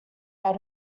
had